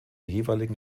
jeweiligen